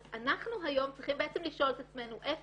אז אנחנו היום צריכים לשאול את עצמנו איפה